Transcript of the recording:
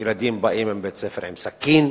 ילדים באים לבית-הספר עם סכין,